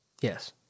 Yes